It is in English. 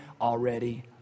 already